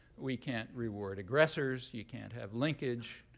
we can't reward aggressors. you can't have linkage.